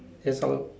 yes hello